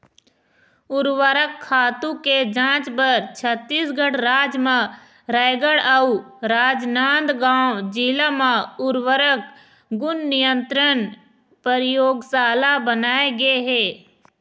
उरवरक खातू के जांच बर छत्तीसगढ़ राज म रायगढ़ अउ राजनांदगांव जिला म उर्वरक गुन नियंत्रन परयोगसाला बनाए गे हे